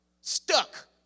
stuck